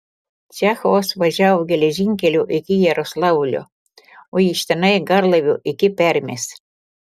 čechovas važiavo geležinkeliu iki jaroslavlio o iš tenai garlaiviu iki permės